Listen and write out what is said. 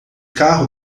carro